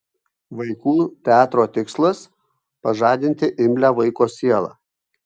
vaikų teatro tikslas pažadinti imlią vaiko sielą